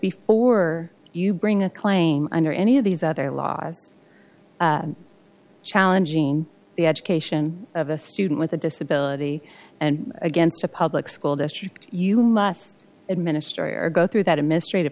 before you bring a claim under any of these other laws challenging the education of a student with a disability and against a public school district you must administer or go through that a mystery to